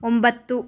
ಒಂಬತ್ತು